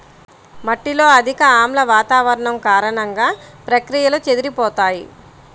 మట్టిలో అధిక ఆమ్ల వాతావరణం కారణంగా, ప్రక్రియలు చెదిరిపోతాయి